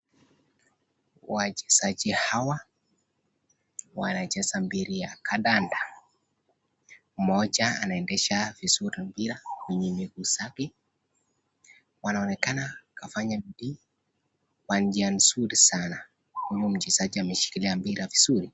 Wachezaji hawa wanacheza mpira ya kandanda. Moja anaendesha vizuri mpira wenye visafi. Wanaonekana kafanya bidii kwa nia mzuri sana huyu mchezaji ameshikilia mpira vizuri.